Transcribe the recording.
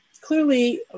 clearly